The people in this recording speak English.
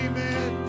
Amen